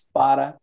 para